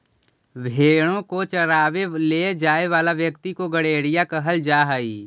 भेंड़ों को चरावे ले जाए वाला व्यक्ति को गड़ेरिया कहल जा हई